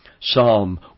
Psalm